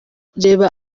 reba